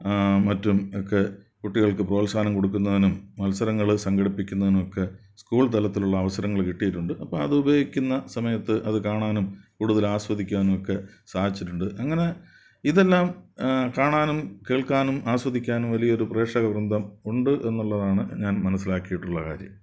മറ്റും ഒക്കെ കുട്ടികൾക്ക് പ്രോത്സാഹനം കൊടുക്കുന്നതിനും മത്സരങ്ങൾ സംഘടിപ്പിക്കുന്നതിനൊക്കെ സ്കൂൾ തലത്തിലുള്ള അവസരങ്ങൾ കിട്ടിയിട്ടുണ്ട് അപ്പോൾ അതുപയോഗിക്കുന്ന സമയത്ത് അതു കാണാനും കൂടുതലാസ്വദിക്കാനുമൊക്കെ സാധിച്ചിട്ടുണ്ട് അങ്ങനെ ഇതെല്ലാം കാണാനും കേൾക്കാനും ആസ്വദിക്കാനും വലിയൊരു പ്രേക്ഷകവൃന്ദം ഉണ്ട് എന്നുള്ളതാണ് ഞാൻ മനസ്സിലാക്കിയിട്ടുള്ള കാര്യം